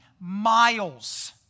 miles